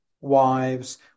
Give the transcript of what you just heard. wives